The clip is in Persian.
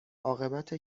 عاقبت